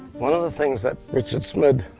one of the things that richard smith,